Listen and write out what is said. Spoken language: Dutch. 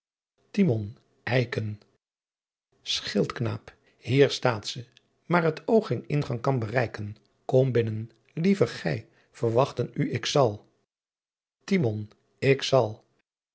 eiken schildkn hier staatze maar het oog geen ingang kan bereiken kom buiten liever ghy verwachten u ik zal timon ik zal